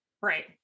right